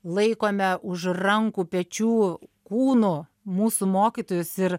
laikome už rankų pečių kūnų mūsų mokytojus ir